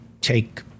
take